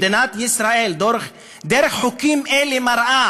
מדינת ישראל, דרך חוקים אלה, מראה